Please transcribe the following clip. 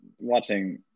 watching